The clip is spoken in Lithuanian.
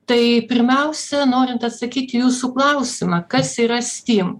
tai pirmiausia norint atsakyti į jūsų klausimą kas yra stim